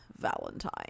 valentine